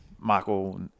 Michael